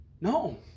No